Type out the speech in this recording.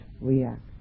react